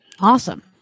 Awesome